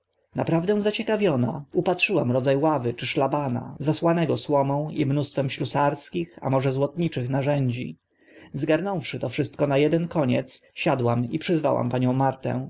naprawdę zaciekawiona upatrzyłam rodza ławy czy szlabana zasłanego słomą i mnóstwem ślusarskich a może złotniczych narzędzi zgarnąwszy to wszystko na eden koniec siadłam i przyzwałam panią martę